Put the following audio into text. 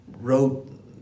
wrote